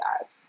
guys